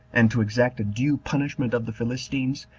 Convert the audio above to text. and to exact a due punishment of the philistines,